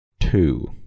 two